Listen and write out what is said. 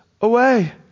away